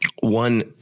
One